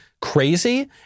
crazy